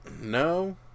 no